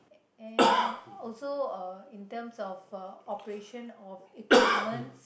and also uh in terms of uh operation of equipments